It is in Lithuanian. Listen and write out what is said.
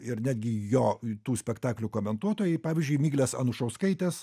ir netgi jo tų spektaklių komentuotojai pavyzdžiui miglės anušauskaitės